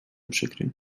przykry